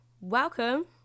welcome